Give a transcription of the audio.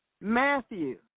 Matthew